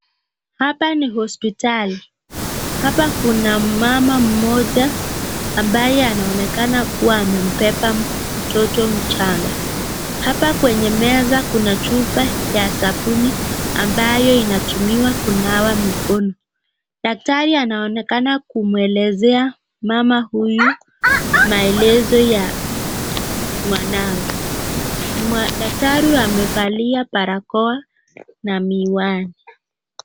Hapa ni hospitali. Hapa kuna mama mmoja ambaye anaonekana kuwa amembeba mtoto mchanga. Hapa kwenye meza kuna chupa ya sabuni ambayo inatumiwa kunawa mikono. Daktari anaonekana kumuelezea mama huyu maelezo ya mwanawe. Daktari amevalia barakoa na miwani .